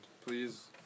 Please